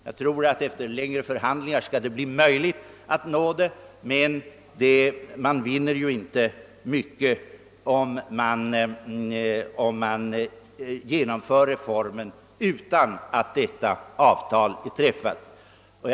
Jag tror att det efter en tids förhandlingar skall bli möjligt att uppnå en överenskommelse, men man vinner ju inte mycket med ett genomförande av reformen utan att ha träffat ett sådant avtal.